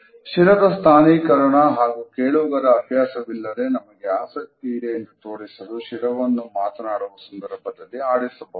ಶಿರದ ಸ್ಥಾನಿಕರಣ ಹಾಗೂ ಕೇಳುಗರ ಅಭ್ಯಾಸವಿಲ್ಲದೆ ನಮಗೆ ಆಸಕ್ತಿ ಇದೆ ಎಂದು ತೋರಿಸಲು ಶಿರವನ್ನು ಮಾತನಾಡುವ ಸಂದರ್ಭದಲ್ಲಿ ಆಡಿಸಬಹುದು